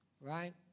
right